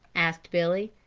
asked billy.